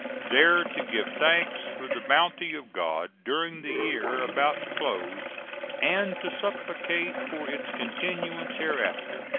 there to give thanks for the bounty of god during the year about to close and to supplicate for its continuance hereafter.